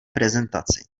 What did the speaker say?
prezentaci